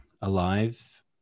alive